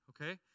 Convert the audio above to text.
okay